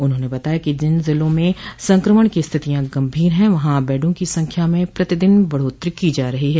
उन्होंने बताया कि जिन जिलों में संक्रमण की स्थितियां गंभीर है वहां बेडों की संख्या में प्रतिदिन बढ़ोत्तरी की जा रही है